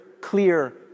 clear